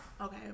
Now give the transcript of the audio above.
Okay